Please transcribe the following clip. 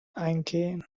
eingehen